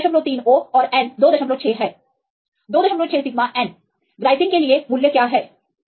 तो 73 O और N 26 है 26 सिग्मा N ग्लाइसिन के लिए मूल्य क्या है